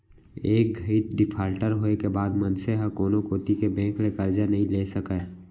एक घइत डिफाल्टर होए के बाद मनसे ह कोनो कोती के बेंक ले करजा नइ ले सकय